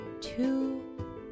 two